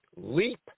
leap